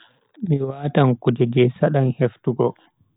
Mi watan kuje je sedan heftugo.